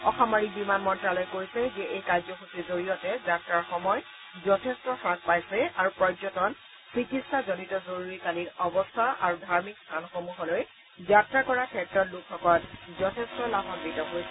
অসামৰিক বিমান মন্তালয়ে কৈছে যে এই কাৰ্যসূচীৰ জৰিয়তে যাত্ৰাৰ সময় যথেষ্ট হ্বাস পাইছে আৰু পৰ্যটন চিকিৎসাজনিত জৰুৰীকালীন অৱস্থা আৰু ধাৰ্মিক স্থানসমূহলৈ যাত্ৰা কৰাৰ ক্ষেত্ৰত লোকসকল যথেষ্ট লাভান্বিত হৈছে